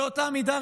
באותה מידה,